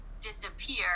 disappear